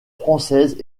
françaises